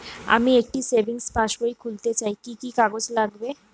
আমি একটি সেভিংস পাসবই খুলতে চাই কি কি কাগজ লাগবে?